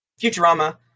Futurama